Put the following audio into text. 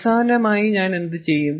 അവസാനമായി ഞാൻ എന്തുചെയ്യും